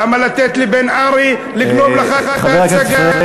למה לתת לבן-ארי לגנוב לך את ההצגה?